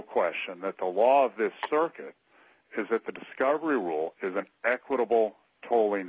question that the law of the circuit is that the discovery rule is an equitable to